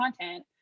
content